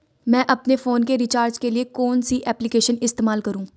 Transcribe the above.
मैं अपने फोन के रिचार्ज के लिए कौन सी एप्लिकेशन इस्तेमाल करूँ?